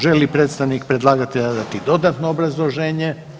Želi li predstavnik predlagatelja dati dodatno obrazloženje?